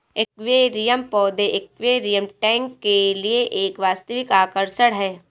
aquarium पौधे aquarium tank के लिए एक वास्तविक आकर्षण है